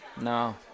no